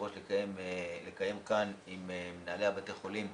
ראש לקיים כאן עם מנהלי בתי החולים.